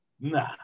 nah